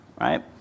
right